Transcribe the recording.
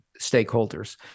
stakeholders